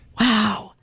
wow